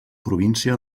província